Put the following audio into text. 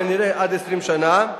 כנראה עד 20 שנה,